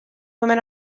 women